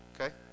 Okay